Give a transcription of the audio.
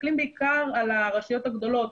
מסתכלים בעיקר על הרשויות הגדולות